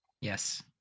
Yes